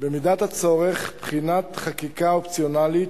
במידת הצורך בחינת חקיקה אופציונלית,